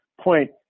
point